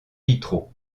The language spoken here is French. vitraux